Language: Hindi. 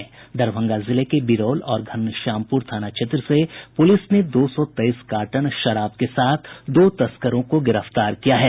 दरभंगा जिले के बिरौल और घनश्यामपुर थाना क्षेत्र से पुलिस ने दो सौ तेईस कार्टन विदेशी शराब के साथ दो तस्करों को गिरफ्तार किया है